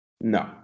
No